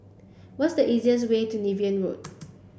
what's the easiest way to Niven Road